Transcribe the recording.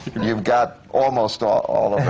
you've got almost all